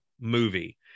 movie